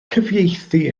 cyfieithu